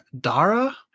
Dara